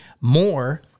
more